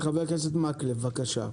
חבר הכנסת מקלב, בבקשה.